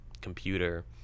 computer